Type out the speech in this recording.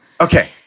Okay